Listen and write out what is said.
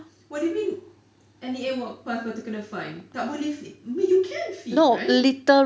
what do you mean N_E_A walk past lepas tu kena fine tak boleh feed but you can feed right